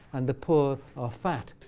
and the poor are fat.